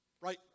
right